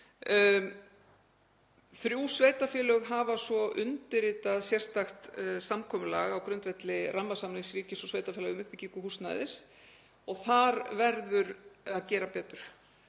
Þrjú sveitarfélög hafa svo undirritað sérstakt samkomulag á grundvelli rammasamnings ríkis og sveitarfélaga um uppbyggingu húsnæðis og þar verður að gera betur,